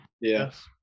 Yes